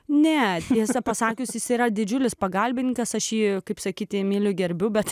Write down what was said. ne tiesą pasakius jis yra didžiulis pagalbininkas ašyje kaip sakyti myliu gerbiu bet